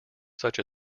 such